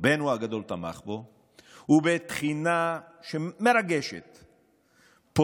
רובנו הגדול תמכנו בו, ובתחינה מרגשת פונה,